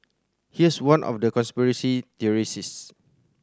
here's one of the conspiracy theorist